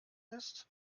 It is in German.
ist